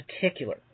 particular